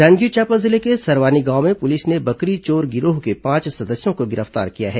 जांजगीर चांपा जिले के सरवानी गांव में पुलिस ने बकरी चोर गिरोह के पांच सदस्यों को गिरफ्तार किया है